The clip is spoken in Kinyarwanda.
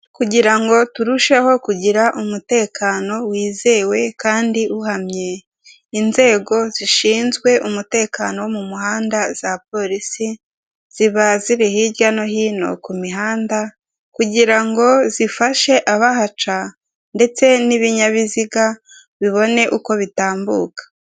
Kugira ngo turusheho kugira umutekano wizewe kandi uhamye inego zishinzwe umutekano wo mumuhanda za polisi ziba ziri hirya no hino ku mihanda kugira ngo zifashe abahaca ndetse n'ibinyabiziga bibone uko bitambuka.